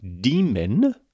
demon